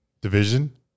Division